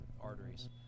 arteries